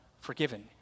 forgiven